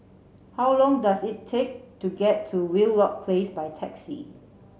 how long does it take to get to Wheelock Place by taxi